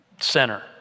center